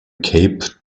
cape